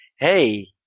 Hey